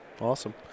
awesome